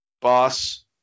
boss